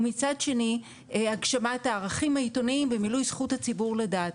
ומצד שני הגשמת הערכים העיתונאיים ומילוי זכות הציבור לדעת.